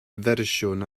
fersiwn